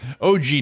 OG